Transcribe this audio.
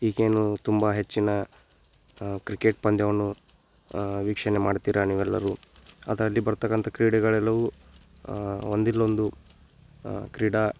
ಈಗೇನು ತುಂಬ ಹೆಚ್ಚಿನ ಕ್ರಿಕೆಟ್ ಪಂದ್ಯವನ್ನು ವೀಕ್ಷಣೆ ಮಾಡ್ತೀರ ನೀವೆಲ್ಲರೂ ಅದರಲ್ಲಿ ಬರತಕ್ಕಂಥ ಕ್ರೀಡೆಗಳೆಲ್ಲವೂ ಒಂದಿಲ್ಲೊಂದು ಕ್ರೀಡಾ